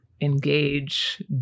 engage